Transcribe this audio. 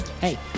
Hey